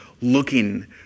looking